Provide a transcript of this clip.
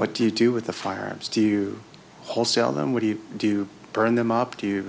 what do you do with the firearms do you wholesale them what do you do burn them up do you